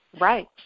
Right